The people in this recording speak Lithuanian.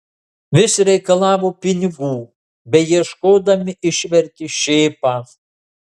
vis reikalavo pinigų beieškodami išvertė šėpą